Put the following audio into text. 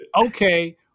Okay